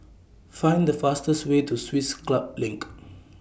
Find The fastest Way to Swiss Club LINK